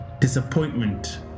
Disappointment